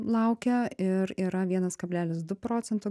laukia ir yra vienas kablelis du procento